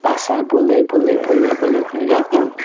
भाषा बोल्दै बोल्दै बोल्दै बोल्दै उनीहरूले एकदिन